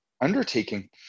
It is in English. undertaking